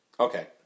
Okay